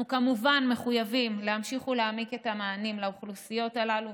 אנחנו כמובן מחויבים להמשיך ולהעמיק את המענים לאוכלוסיות הללו,